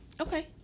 Okay